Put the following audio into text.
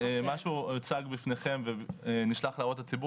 מה שהוצג בפניכם ונשלח להערות הציבור